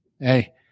Hey